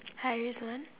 hi Rizwan